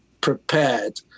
prepared